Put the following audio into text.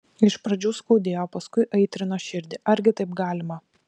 iš pradžių skaudėjo paskui aitrino širdį argi taip galima